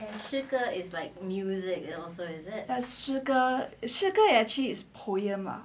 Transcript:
诗歌 is actually like poem lah